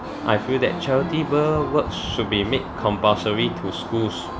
I feel that charitable work should be made compulsory to schools